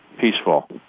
peaceful